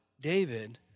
David